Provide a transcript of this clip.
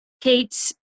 Kate